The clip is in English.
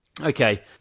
Okay